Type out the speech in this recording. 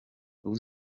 ubu